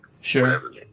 Sure